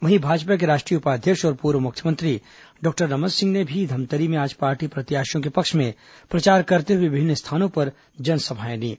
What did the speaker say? वहीं भाजपा के राष्ट्रीय उपाध्यक्ष और पूर्व मुख्यमंत्री डॉक्टर रमन सिंह ने भी धमतरी में आज पार्टी प्रत्याशियों के पक्ष में प्रचार करते हुए विभिन्न स्थानों पर जनसभाएं लीं